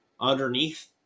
underneath